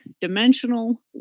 dimensional